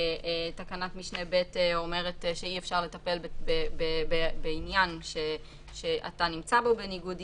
תקנת משנה (ב) אומרת שאי-אפשר לטפל בעניין שאתה נמצא בו בניגוד עניינים.